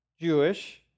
Jewish